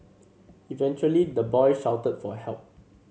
eventually the boy shouted for help